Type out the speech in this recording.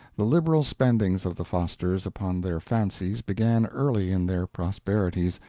the liberal spendings of the fosters upon their fancies began early in their prosperities,